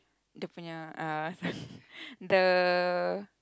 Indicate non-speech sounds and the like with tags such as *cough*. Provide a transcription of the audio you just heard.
dia punya uh *laughs* the